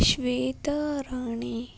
Shwetarani